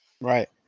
Right